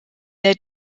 der